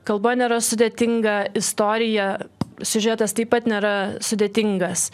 kalba nėra sudėtinga istorija siužetas taip pat nėra sudėtingas